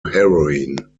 heroin